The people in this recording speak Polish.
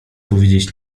powiedzieć